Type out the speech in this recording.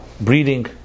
breeding